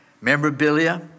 memorabilia